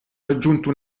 raggiunto